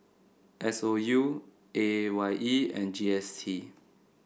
S O U A Y E and G S T